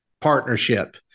partnership